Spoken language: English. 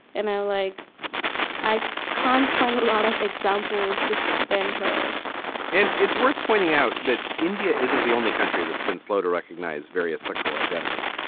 and i like i can't find a lot of examples to send her and it's worth pointing out that india isn't the only country that's been slow to recognize various sexual identities.